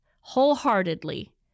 wholeheartedly